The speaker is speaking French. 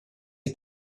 est